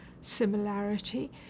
similarity